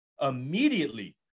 immediately